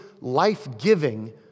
life-giving